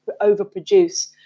overproduce